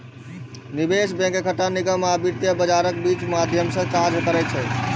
निवेश बैंक एकटा निगम आ वित्तीय बाजारक बीच मध्यस्थक काज करै छै